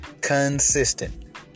consistent